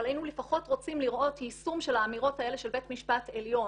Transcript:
אבל היינו לפחות רוצים לראות יישום של האמירות האלה של בית משפט עליון